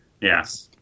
Yes